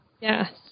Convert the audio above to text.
Yes